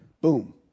Boom